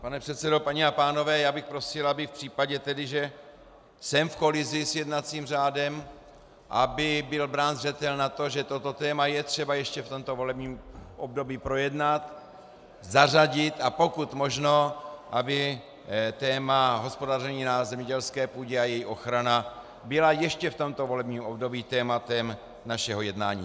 Pane předsedo, paní a pánové, já bych prosil, aby v případě tedy, že jsem v kolizi s jednacím řádem, byl brán zřetel na to, že toto téma je třeba ještě v tomto volebním období projednat, zařadit a aby pokud možno téma hospodaření na zemědělské půdě a její ochrana byla ještě v tomto období tématem našeho jednání.